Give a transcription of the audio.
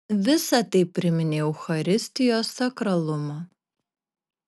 visa tai priminė eucharistijos sakralumą